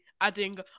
adding